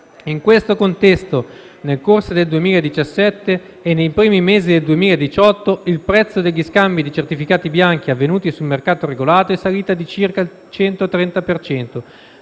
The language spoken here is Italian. In questo contesto, nel corso del 2017 e nei primi mesi del 2018 il prezzo degli scambi di certificati bianchi avvenuti sul mercato regolato è salito di circa il 130